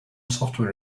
software